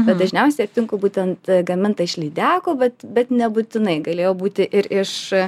bet dažniausiai aptinku būtent gaminta iš lydekų bet bet nebūtinai galėjo būti ir iš